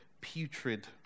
putrid